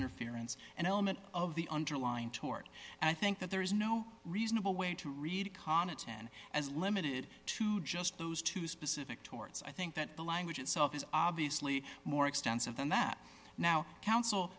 interference an element of the underlying tort and i think that there is no reasonable way to read qana ten as limited to just those two specific torts i think that the language itself is obviously more extensive than that now counsel